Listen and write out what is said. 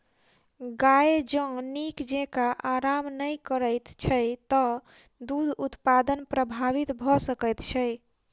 गाय जँ नीक जेँका आराम नै करैत छै त दूध उत्पादन प्रभावित भ सकैत छै